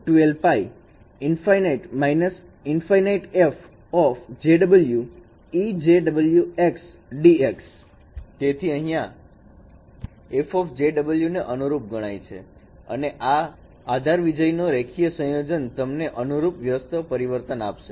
f 12π ∫∞−∞fˆjωejωx dx તેથી fˆjω તે અનુરૂપ ગણાય છે અને આ આધાર વિજયનો રેખીય સંયોજન તમને અનુરૂપ વ્યસ્ત પરિવર્તન આપશે